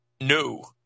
No